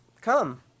come